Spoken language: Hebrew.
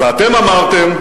ואתם אמרתם: